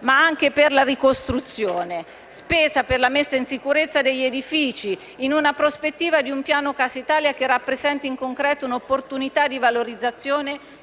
ma anche per la ricostruzione, per la messa in sicurezza degli edifici, in una prospettiva di un piano Casa Italia che rappresenti in concreto un'opportunità di valorizzazione